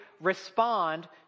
respond